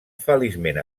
feliçment